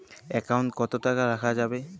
Account কত টাকা রাখা যাবে?